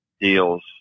deals